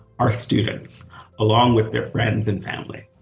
our students along with their friends and family.